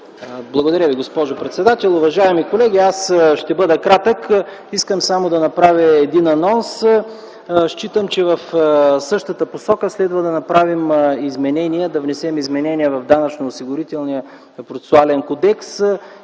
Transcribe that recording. Благодаря Ви, госпожо председател. Уважаеми колеги! Аз ще бъда кратък. Искам само да направя един анонс. Считам, че в същата посока следва да внесем изменения в Данъчно-осигурителния процесуален кодекс